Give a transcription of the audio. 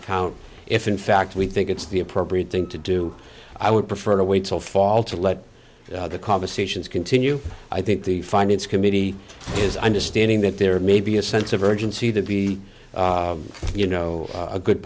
account if in fact we think it's the appropriate thing to do i would prefer to wait till fall to let the conversations continue i think the finance committee is understanding that there may be a sense of urgency to be you know a good